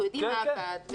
אנחנו יודעים מה עבד.